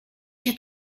się